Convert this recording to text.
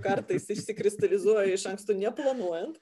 kartais išsikristalizuoja iš anksto neplanuojant